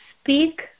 speak